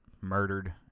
murdered